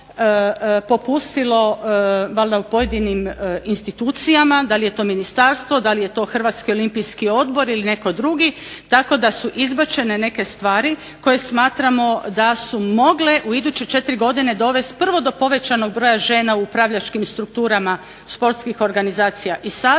popustilo valjda u pojedinim institucijama, da li je to ministarstvo, da li je to Hrvatski olimpijski odbor ili netko drugi, tako da su izbačene neke stvari koje smatramo da su mogle u iduće 4 godine dovesti prvo do povećanog broja žena u upravljačkim strukturama sportskih organizacija i saveza.